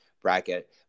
bracket